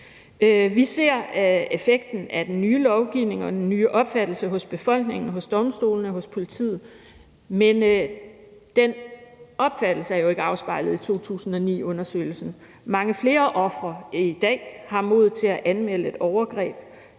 Vi ser effekten af den nye lovgivning og den nye opfattelse hos befolkningen, hos domstolene og hos politiet, men den opfattelse er jo ikke afspejlet i 2009-undersøgelsen. Mange flere ofre i dag har mod til at anmelde et overgreb,